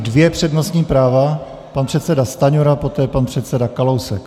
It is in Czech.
Nyní dvě přednostní práva pan předseda Stanjura, poté pan předseda Kalousek.